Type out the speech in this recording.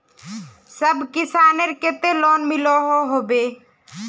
सब किसानेर केते लोन मिलोहो होबे?